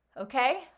okay